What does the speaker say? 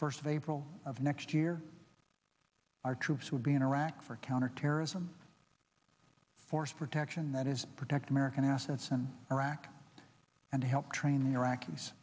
first of april of next year our troops will be interact for counterterrorism force protection that is protect american assets in iraq and help train iraqis